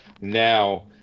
now